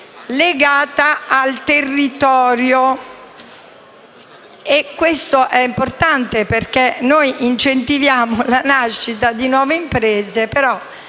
«legata al territorio». Questo è importante, perché noi incentiviamo la nascita di nuove imprese, però